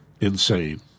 insane